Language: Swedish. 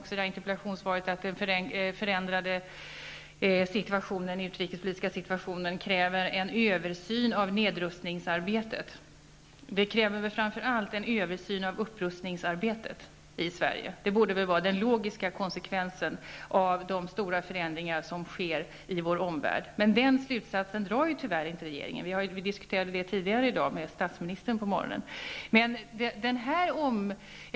I interpellationssvaret sägs att den förändrade utrikespolitiska situationen kräver en översyn av nedrustningsarbetet. Den kräver väl framför allt en översyn av upprustningsarbetet i Sverige! Detta borde vara den logiska konsekvensen av de stora förändringar som sker i vår omvärld. Men den slutsatsen drar regeringen tyvärr inte. Vi diskuterade detta med statsministern tidigare i dag.